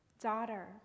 daughter